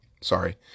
sorry